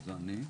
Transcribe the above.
וזה אני,